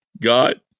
God